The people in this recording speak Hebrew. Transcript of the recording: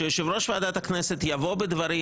שיושב ראש ועדת הכנסת יבוא בדברים,